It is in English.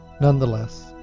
nonetheless